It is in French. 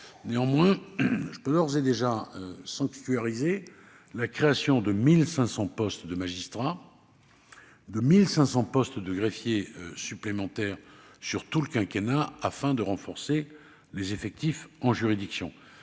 opérationnels. J'ai toutefois sanctuarisé la création de 1 500 postes de magistrats et de 1 500 postes de greffiers supplémentaires sur tout le quinquennat, afin de renforcer les effectifs en juridiction.